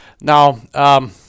Now